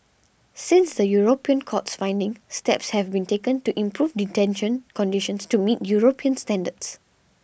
since the European court's findings steps have been taken to improve detention conditions to meet European standards